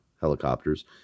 helicopters